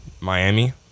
Miami